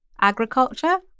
agriculture